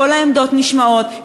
כל העמדות נשמעות,